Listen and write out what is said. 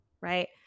right